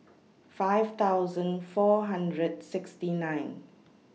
five thousand four hundred sixty nine